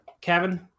Kevin